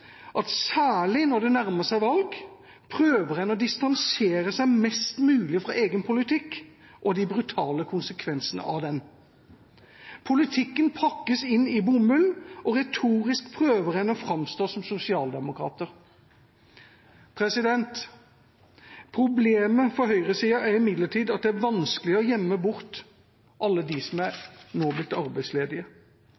at særlig når det nærmer seg valg, prøver en å distansere seg mest mulig fra egen politikk og de brutale konsekvensene av den. Politikken pakkes inn i bomull, og retorisk prøver en å framstå som sosialdemokrater. Problemet for høyresida er imidlertid at det er vanskelig å gjemme bort alle dem som nå er